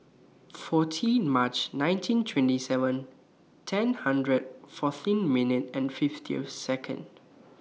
fourteen March nineteen twenty seven ten hundred fourteen minutes and fifty Second